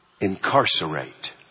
incarcerate